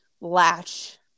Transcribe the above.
latch